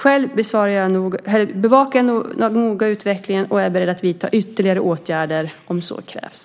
Själv bevakar jag noga utvecklingen och är beredd att vidta ytterligare åtgärder om så krävs.